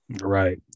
Right